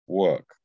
work